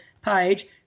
page